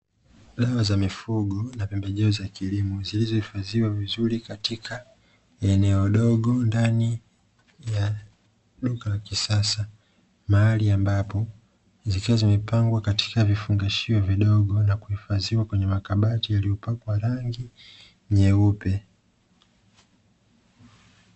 Dawa za mifugo na pembejeo za kilimo zilizohifadhiwa vizuri katika eneo dogo ndani ya duka la kisasa mahali ambapo, zikiwa zimepangwa katika vifungashio vidogo na kuhifadhiwa kwenye makabati yaliyopakwa rangi nyeupe.